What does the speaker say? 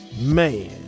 Man